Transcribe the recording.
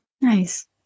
Nice